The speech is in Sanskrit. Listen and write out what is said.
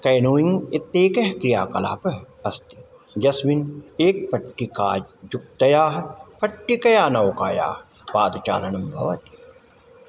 कैनोयिङ्ग् इत्येकः क्रियाकलापः अस्ति यस्मिन् एका पट्टिकायुक्ता पट्टिकया नौकायाः पादचालनं भवति